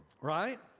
Right